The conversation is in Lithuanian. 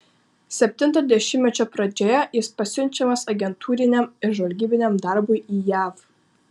septinto dešimtmečio pradžioje jis pasiunčiamas agentūriniam ir žvalgybiniam darbui į jav